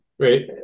Right